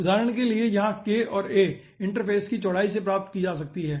उदाहरण के लिए यहाँ k और a इंटरफेस की चौड़ाई से प्राप्त की जा सकती है